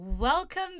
Welcome